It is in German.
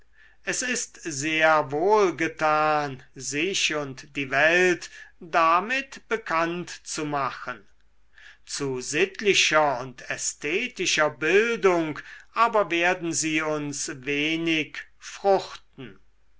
es ist sehr wohlgetan sich und die welt damit bekannt zu machen zu sittlicher und ästhetischer bildung aber werden sie uns wenig fruchten